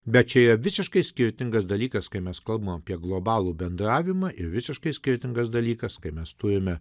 bet čia yra visiškai skirtingas dalykas kai mes kalbam apie globalų bendravimą ir visiškai skirtingas dalykas kai mes turime